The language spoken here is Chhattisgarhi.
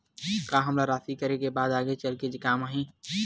का हमला राशि करे के बाद आगे चल के काम आही?